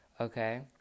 okay